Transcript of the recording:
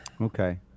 Okay